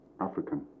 African